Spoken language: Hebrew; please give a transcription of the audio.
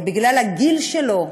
ובגלל הגיל שלו,